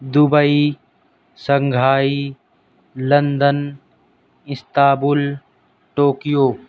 Dubai Shanghai London Istanbul Tokyo